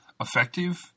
effective